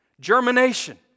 Germination